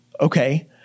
Okay